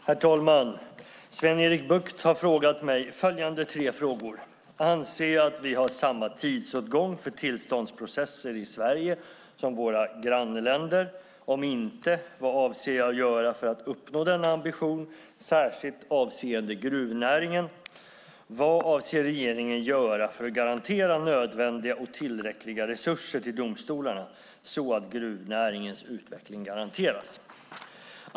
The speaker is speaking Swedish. Herr talman! Sven-Erik Bucht har ställt följande tre frågor till mig: Anser jag att vi har samma tidsåtgång för tillståndsprocesser i Sverige som i våra grannländer? Om inte, vad avser jag att göra för att uppnå denna ambition särskilt avseende gruvnäringen? Vad avser regeringen att göra för att garantera nödvändiga och tillräckliga resurser till domstolarna så att gruvnäringens utveckling garanteras?